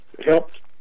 helped